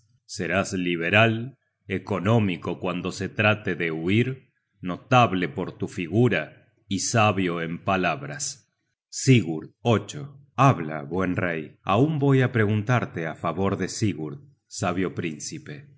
serás liberal económico cuando se trate de huir notable por tu figura y sabio en palabras sigurd habla buen rey aun voy á preguntarte á favor de sigurd sabio príucipe